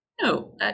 no